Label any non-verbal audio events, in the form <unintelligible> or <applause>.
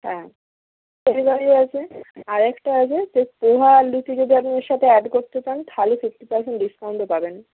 হ্যাঁ <unintelligible> আছে <unintelligible> আরেকটা আছে <unintelligible> পোহা আর লুচি যদি আপনি এর সাথে অ্যাড করতে চান তাহলে ফিফটি পার্সেন্ট ডিসকাউন্টে পাবেন